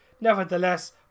nevertheless